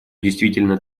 действительно